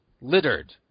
Littered